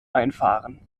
einfahren